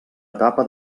etapa